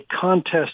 contest